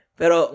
pero